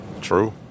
True